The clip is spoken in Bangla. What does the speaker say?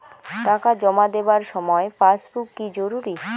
টাকা জমা দেবার সময় পাসবুক কি জরুরি?